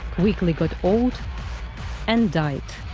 quickly got old and died.